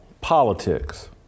politics